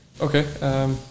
Okay